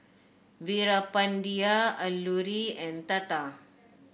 Veerapandiya Alluri and Tata